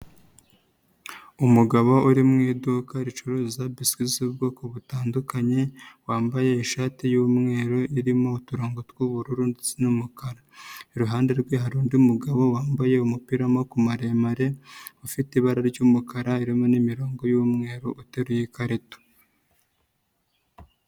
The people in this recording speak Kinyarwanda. Umugabo uri mu iduka ricuruza biswi z'ubwoko butandukanye wambaye ishati y'umweru irimo uturongo tw'ubururu ndetse n'umukara, iruhande rwe hari undi mugabo wambaye umupira w'amaboko maremare ufite ibara ry'umukara irimo n'imirongo y'umweru uteruye ikarito.